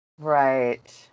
Right